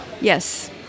Yes